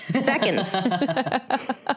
seconds